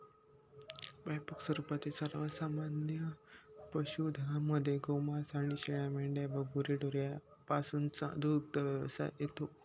व्यापक स्वरूपातील सर्वमान्य पशुधनामध्ये गोमांस आणि शेळ्या, मेंढ्या व गुरेढोरे यापासूनचा दुग्धव्यवसाय येतो